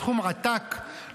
סכום עתק,